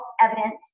evidence